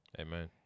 Amen